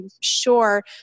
sure